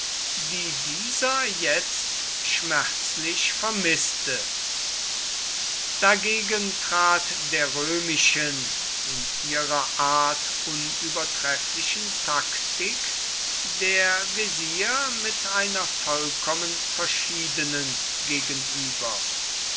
die dieser jetzt schmerzlich vermißte dagegen trat der römischen in ihrer art unübertrefflichen taktik der wesir mit einer vollkommen verschiedenen gegenüber